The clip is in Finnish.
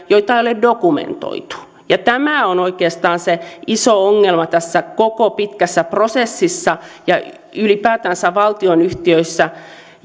joita ei ole dokumentoitu tämä on oikeastaan se iso ongelma tässä koko pitkässä prosessissa ja ylipäätänsä valtionyhtiöissä